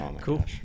Cool